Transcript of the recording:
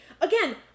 Again